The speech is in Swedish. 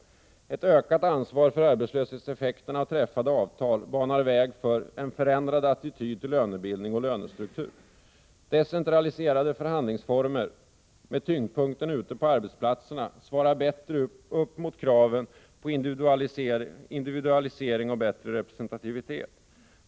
Ett ökat ansvar för arbetslöshetseffekterna av träffade avtal banar väg för en förändrad attityd till lönebildning och lönestruktur. Decentraliserade förhandlingsformer med tyngdpunkten ute på arbetsplatserna svarar bättre mot kraven på individualisering och bättre representativitet.